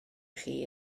chi